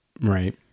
Right